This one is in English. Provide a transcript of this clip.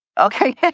Okay